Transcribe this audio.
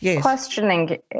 questioning